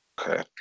okay